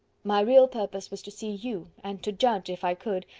my real purpose was to see you, and to judge, if i could,